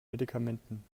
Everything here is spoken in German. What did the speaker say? medikamenten